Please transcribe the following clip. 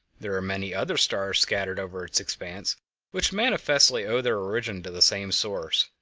there are many other stars scattered over its expanse which manifestly owe their origin to the same source.